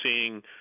seeing